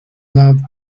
love